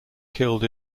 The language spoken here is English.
killed